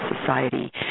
Society